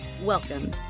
Welcome